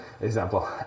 example